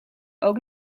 ook